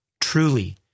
Truly